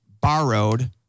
borrowed